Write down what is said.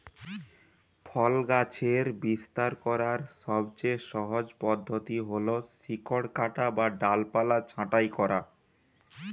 ফল গাছের বিস্তার করার সবচেয়ে সহজ পদ্ধতি হল শিকড় কাটা বা ডালপালা ছাঁটাই করা